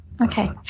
Okay